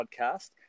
podcast